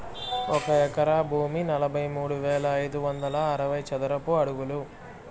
ఒక ఎకరా భూమి నలభై మూడు వేల ఐదు వందల అరవై చదరపు అడుగులు